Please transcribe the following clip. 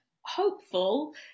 hopeful